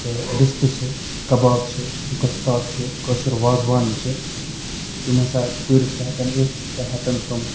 تہٕ رِستہٕ چھِ کَباب چھِ گۄشتاب چھِ کٲشُر وازوان چھِ یِم ہَسا ٹیوٗرِسٹ ہیٚکَن یِتھ تہٕ ہیٚکَن تِم